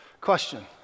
question